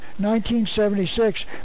1976